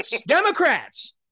Democrats